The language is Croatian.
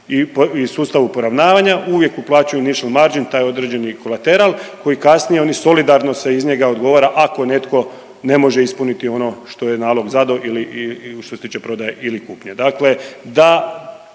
i sustavu poravnavanja uvijek uplaćuju nižu maržu taj određeni kolateral koji kasnije oni solidarno se iz njega odgovara ako netko ne može ispuniti ono što je nalog zadao ili što se tiče prodaje ili kupnje. Dakle, da